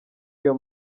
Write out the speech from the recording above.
iyo